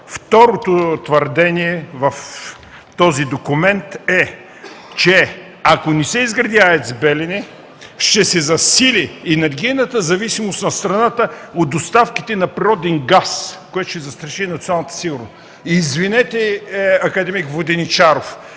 Второто твърдение в този документ е, че ако не се изгради АЕЦ „Белене”, ще се засили енергийната зависимост на страната от доставките на природен газ, което ще застраши националната сигурност. (Шум и реплики отляво.)